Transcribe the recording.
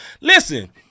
Listen